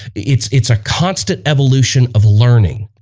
it's it's a constant evolution of learning.